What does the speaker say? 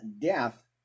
death